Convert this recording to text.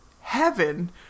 heaven